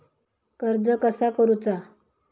कर्ज कसा करूचा?